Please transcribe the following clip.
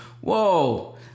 whoa